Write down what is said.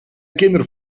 kinderen